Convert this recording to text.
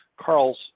carl's